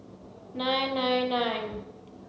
nine nine nine